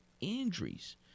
injuries